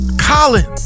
Colin